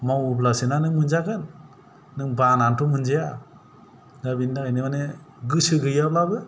मावोब्लासोना नों मोनजागोन नों बानानैथ' मोनजाया दा बेनि थाखायनो माने गोसो गैयाब्लाबो